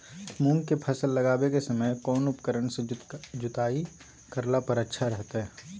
मूंग के फसल लगावे के समय कौन उपकरण से जुताई करला पर अच्छा रहतय?